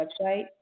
website